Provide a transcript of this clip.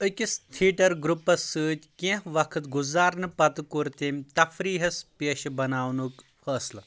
أکِس تھیٹر گروپَس سۭتۍ کینٛہہ وقت گُزارنہٕ پتہٕ کوٚر تٔمۍ تفریٖحس پیشہٕ بناونُک فٲصلہٕ